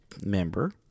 member